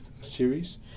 series